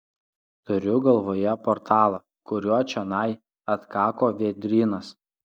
turiu galvoje portalą kuriuo čionai atkako vėdrynas